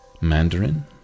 mandarin